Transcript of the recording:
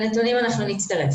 אנחנו נצטרף.